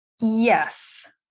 Yes